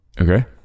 Okay